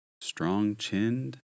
strong-chinned